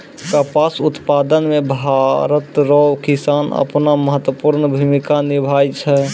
कपास उप्तादन मे भरत रो किसान अपनो महत्वपर्ण भूमिका निभाय छै